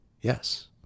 Yes